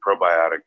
probiotic